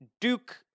Duke